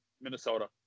Minnesota